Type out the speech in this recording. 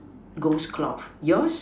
ghost cloth yours